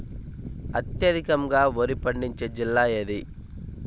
అత్యధికంగా వరి పండించే జిల్లా ఏది?